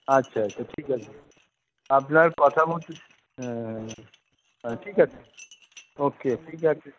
আচ্ছা আচ্ছা ঠিক আছে আপনার কথা মতোই হ্যাঁ হ্যাঁ হ্যাঁ ঠিক আছে ওকে ঠিক আছে